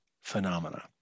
phenomena